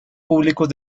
públicos